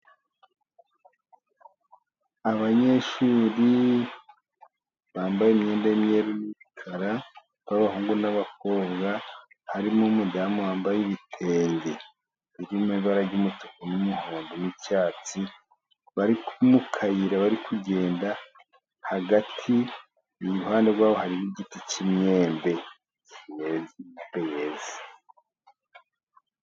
Abanyeshuri bambaye imyenda y'imyeru n'imikara b'abahungu n'abakobwa, harimo umudamu wambaye ibitenge, birimo ibara ry'umutuku n'umuhondo n'icyatsi. Bari mu kayira bari kugenda hagati. Iruhande rwabo hari igiti cy'imyembe yeze.